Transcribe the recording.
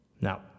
Now